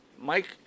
Mike